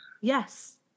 Yes